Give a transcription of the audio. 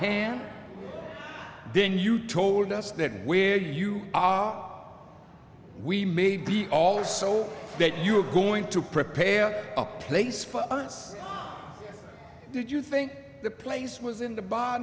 hand then you told us that where you are we may be all so that you are going to prepare a place for us did you think the place was in the bo